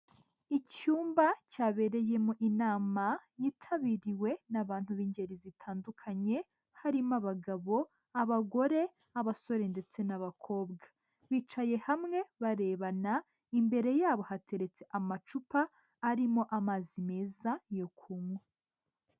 Icyumba cyabereyemo inama yitabiriwe n'abantu b'ingeri zitandukanye harimo abagabo, abagore, abasore ndetse n'abakobwa bicaye hamwe barebana imbere yabo hateretse amacupa arimo amazi meza yo kuywa.